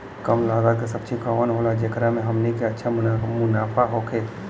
कम लागत के सब्जी कवन होला जेकरा में हमनी के अच्छा मुनाफा होखे?